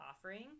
offering